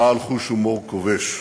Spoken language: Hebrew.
בעל חוש הומור כובש.